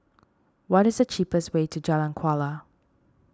what is the cheapest way to Jalan Kuala